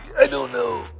i don't know.